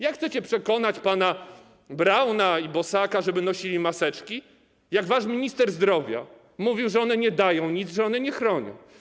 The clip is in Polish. Jak chcecie przekonać pana Brauna i pana Bosaka, żeby nosili maseczki, skoro wasz minister zdrowia mówił, że one nic nie dają, że one nie chronią?